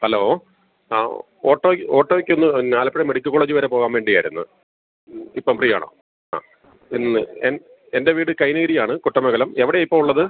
hello ആ ഓട്ടോയ്ക്ക് ഓട്ടോയ്ക്ക് ഒന്ന് ആലപ്പുഴ മെഡിക്കൽ കോളേജ് വരെ പോകാൻ വേണ്ടിയായിരുന്നു ഇപ്പം ഫ്രീ ആണോ ആ ഇന്ന് എൻ്റെ വീട് കൈനകരിയാണ് കുട്ടമങ്ങലം എവിടെയാണ് ഇപ്പം ഉള്ളത്